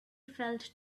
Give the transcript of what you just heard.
felt